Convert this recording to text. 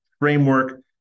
framework